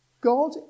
God